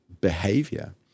behavior